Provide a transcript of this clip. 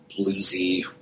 bluesy